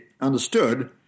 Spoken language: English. understood